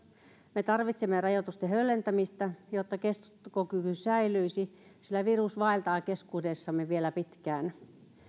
me tarvitsemme rajoitusten höllentämistä jotta kestokyky säilyisi sillä virus vaeltaa keskuudessamme vielä pitkään